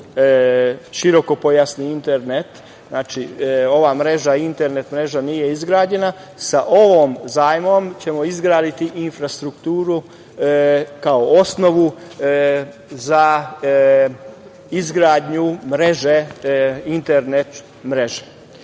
širokopojasnim internet. Znači ova internet mreža nije izgrađena, a sa ovim zajmom ćemo izgraditi infrastrukturu, kao osnovu za izgradnju internet mreže. Što